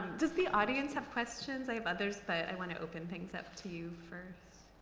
does the audience have questions? i have others, but i want to open things up to you first.